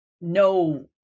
no